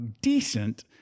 decent